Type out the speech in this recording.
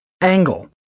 Angle